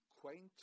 quaint